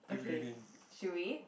okay should we